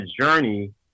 journey